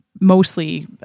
mostly